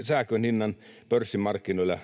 sähkön hinnan pörssimarkkinoilla.